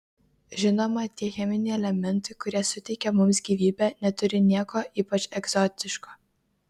žinoma tie cheminiai elementai kurie suteikia mums gyvybę neturi nieko ypač egzotiško